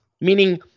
meaning